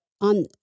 on